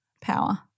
power